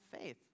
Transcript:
faith